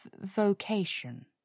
vocation